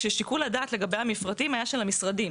כששיקול הדעת לגבי המפרטים היה של המשרדים.